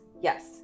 yes